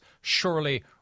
surely